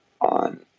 on